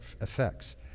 effects